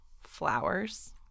flowers